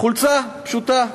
חולצה פשוטה: